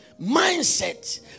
Mindset